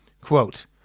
Quote